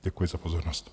Děkuji za pozornost.